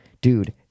Dude